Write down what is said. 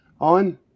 on